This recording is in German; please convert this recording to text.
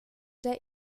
der